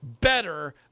better